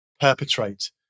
perpetrate